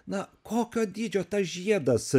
na kokio dydžio tas žiedas